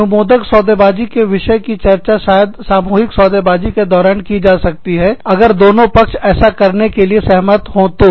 अनुमोदक सौदेबाजी के विषयों की चर्चा शायद सामूहिक सौदेबाजी के दौरान की जा सकती है अगर दोनों पक्ष ऐसा करने के लिए सहमत हो तो